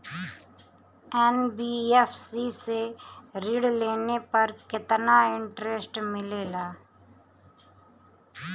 NBFC से ऋण लेने पर केतना इंटरेस्ट मिलेला?